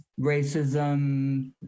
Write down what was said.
racism